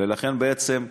ולכן, בעצם,